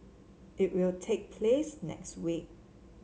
it will take place next week